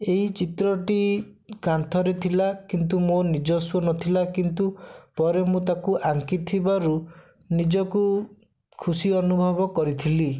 ଏଇ ଚିତ୍ରଟି କାନ୍ଥରେ ଥିଲା କିନ୍ତୁ ମୋ ନିଜସ୍ୱ ନ ଥିଲା କିନ୍ତୁ ପରେ ମୁଁ ତାକୁ ଆଙ୍କି ଥିବାରୁ ନିଜକୁ ଖୁସି ଅନୁଭବ କରିଥିଲି